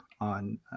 on